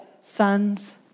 sons